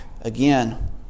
again